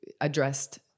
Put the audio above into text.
addressed